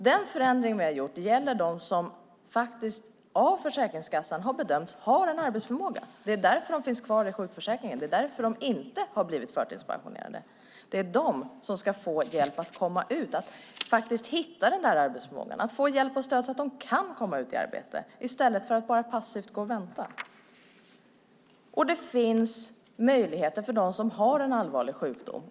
Den förändring som vi har gjort gäller de som av Försäkringskassan har bedömts ha en arbetsförmåga. Det är därför som de finns kvar i sjukförsäkringen, och det är därför som de inte har blivit förtidspensionerade. Det är de som ska få hjälp att komma ut, att faktiskt hitta denna arbetsförmåga och att få hjälp och stöd så att de kan komma ut i arbete i stället för att bara passivt gå och vänta. Det finns möjligheter för dem som har en allvarlig sjukdom.